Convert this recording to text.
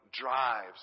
drives